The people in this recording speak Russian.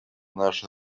наше